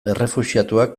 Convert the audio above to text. errefuxiatuak